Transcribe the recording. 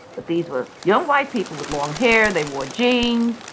but these were young white people with long hair. they wore jeans.